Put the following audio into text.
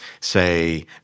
say